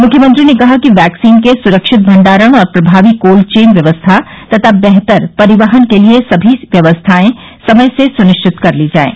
मुख्यमंत्री ने कहा कि वैक्सीन के सुरक्षित भंडारण और प्रभावी कोल्ड चेन व्यवस्था तथा बेहतर परिवहन के लिये सभी व्यवस्थाएं समय से सुनिश्चित कर ली जाये